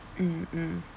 mm mm